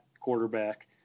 quarterback